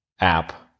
app